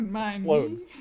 explodes